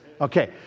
Okay